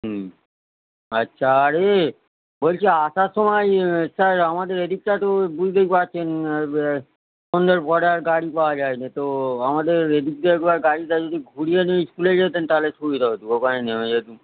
হুম আচ্ছা আর এ বলছি আসার সময় স্যার আমাদের এদিকটা তো বুঝদেই পারছেন সন্ধের পরে আর গাড়ি পাওয়া যায় না তো আমাদের এদিক দিয়ে একবার গাড়িটা যদি ঘুরিয়ে নিয়ে স্কুলে যেতেন তাহলে সুবিধা হতো ওখানে নেমে যেতাম